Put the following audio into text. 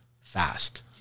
fast